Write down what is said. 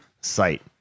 site